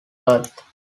earth